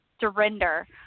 surrender